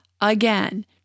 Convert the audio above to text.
again